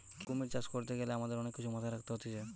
কুমির চাষ করতে গ্যালে অনেক কিছু মাথায় রাখতে হতিছে